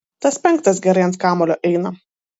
tas penktas gerai ant kamuolio eina